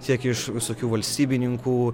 tiek iš visokių valstybininkų